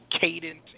cadence